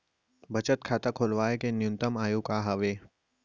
बचत खाता खोलवाय के न्यूनतम आयु का हवे?